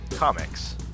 Comics